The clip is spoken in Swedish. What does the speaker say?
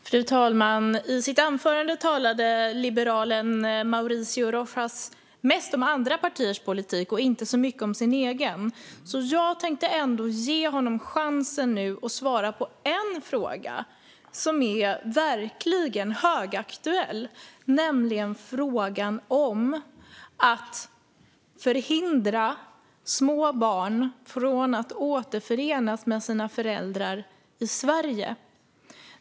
Fru talman! I sitt anförande talade liberalen Mauricio Rojas mest om andra partiers politik och inte så mycket om sin egen. Jag tänkte ändå ge honom chansen att nu svara på en fråga som verkligen är högaktuell. Det gäller frågan om att förhindra små barn att återförenas med sina föräldrar i Sverige.